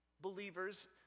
believers